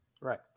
right